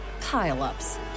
pile-ups